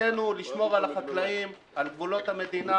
חובתנו לשמור על החקלאים על גבולות המדינה,